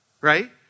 right